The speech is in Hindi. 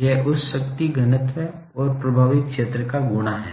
यह उस शक्ति घनत्व और प्रभावी क्षेत्र का गुणा है